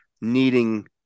needing